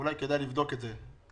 אולי כדאי לבדוק את זה.